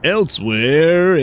Elsewhere